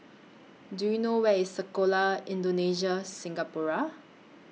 Do YOU know Where IS Sekolah Indonesia Singapura